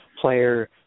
player